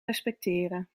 respecteren